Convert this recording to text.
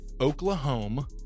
Oklahoma